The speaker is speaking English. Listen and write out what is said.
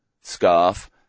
scarf